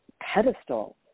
pedestal